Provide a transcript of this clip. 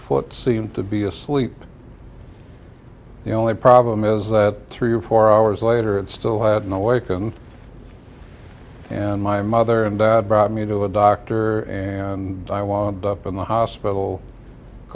foot seemed to be asleep the only problem is that three or four hours later it still had an awakened and my mother and dad brought me to a doctor and i wound up in the hospital a